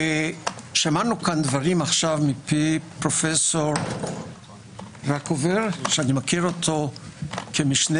שמענו כאן דברים כעת מפי פרופ' רקובר שאני מכיר אותו כמשנה